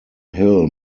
hill